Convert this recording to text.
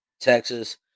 Texas